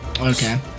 Okay